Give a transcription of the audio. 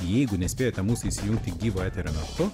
jeigu nespėjote mūsų įsijungti gyvo eterio metu